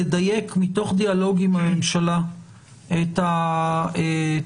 לדייק מתוך דיאלוג עם הממשלה את התקנות